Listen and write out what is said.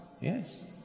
yes